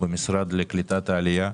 במשרד לקליטת עלייה.